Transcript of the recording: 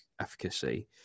efficacy